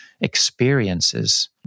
experiences